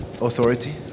Authority